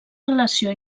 relació